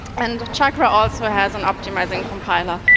and chakra also has an optimising compiler.